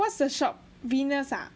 what's the shop venus ah